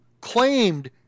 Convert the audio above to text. claimed